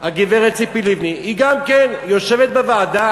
הגברת ציפי לבני, גם כן יושבת בוועדה.